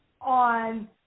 on